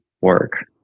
work